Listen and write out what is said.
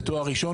בשנה הראשונה